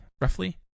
roughly